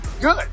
good